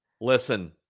Listen